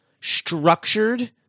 structured